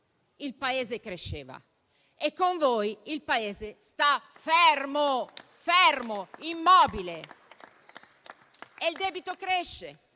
il Paese cresceva e con voi il Paese sta fermo, immobile e il debito cresce.